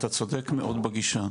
ואתה צודק מאוד בגישה.